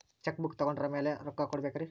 Check book ತೊಗೊಂಡ್ರ ಮ್ಯಾಲೆ ರೊಕ್ಕ ಕೊಡಬೇಕರಿ?